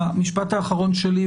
המשפט האחרון שלי,